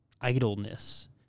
idleness